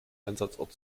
einsatzort